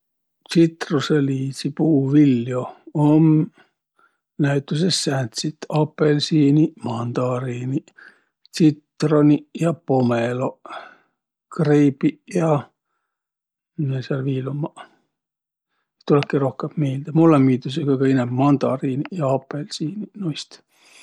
Tsitrusõliidsi puuviljo? Om näütüses sääntsit: apõlsiiniq, mandariiniq, tsitroniq ja polmõloq, greibiq ja. Miä sääl viil ummaq? Ei tulõki rohkõmb miilde. Mullõ miildüseq kõgõ inämb mandariiniq ja apõlsiiniq noist.